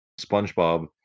SpongeBob